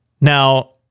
Now